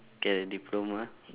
get a diploma